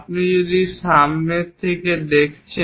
আপনি যদি সামনের দৃশ্য থেকে দেখছেন